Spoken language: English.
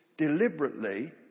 deliberately